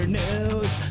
news